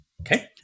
Okay